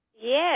Yes